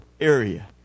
area